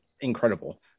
incredible